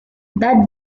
that